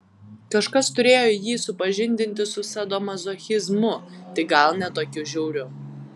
kažkas turėjo jį supažindinti su sadomazochizmu tik gal ne tokiu žiauriu